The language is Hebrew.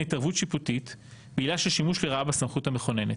התערבות שיפוטית בעילה של שימוש לרעה בסמכות המכוננת,